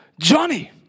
Johnny